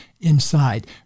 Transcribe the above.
inside